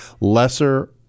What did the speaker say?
lesser